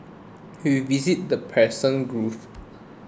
we visited the Persian Gulf